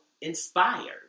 inspired